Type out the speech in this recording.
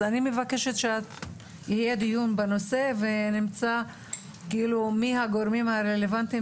אז אני מבקשת שיהיה דיון בנושא ונמצא מי הגורמים הרלוונטיים